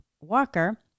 walker